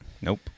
Nope